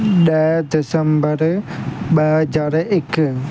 ॾह दिसंबर ॿ हज़ार हिकु